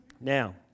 Now